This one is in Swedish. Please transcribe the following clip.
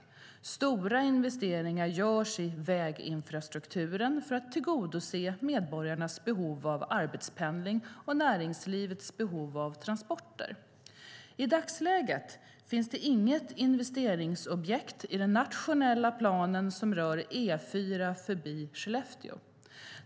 Stora investeringar görs i väginfrastrukturen för att tillgodose medborgarnas behov av arbetspendling och näringslivets behov av transporter. I dagsläget finns det inget investeringsobjekt i den nationella planen som rör E4 förbi Skellefteå.